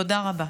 תודה רבה.